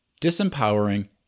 disempowering